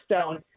Stone